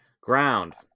ground